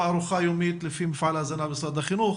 בין-משרדי.